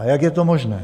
A jak je to možné?